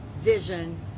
vision